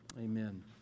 Amen